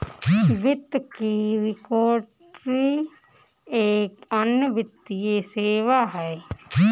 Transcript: वित्त की रिकवरी एक अन्य वित्तीय सेवा है